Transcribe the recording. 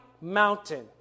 mountain